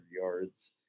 yards